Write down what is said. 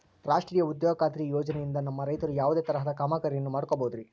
ರಾಷ್ಟ್ರೇಯ ಉದ್ಯೋಗ ಖಾತ್ರಿ ಯೋಜನೆಯಿಂದ ನಮ್ಮ ರೈತರು ಯಾವುದೇ ತರಹದ ಕಾಮಗಾರಿಯನ್ನು ಮಾಡ್ಕೋಬಹುದ್ರಿ?